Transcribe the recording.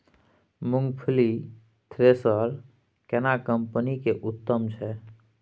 मूंगफली थ्रेसर केना कम्पनी के उत्तम छै?